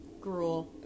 Gruel